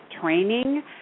training